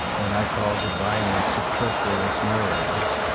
what i call, divinely superfluous neurons.